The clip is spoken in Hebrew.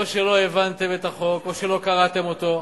או שלא הבנתם את החוק, או שלא קראתם אותו.